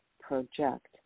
project